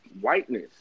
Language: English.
whiteness